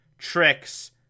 tricks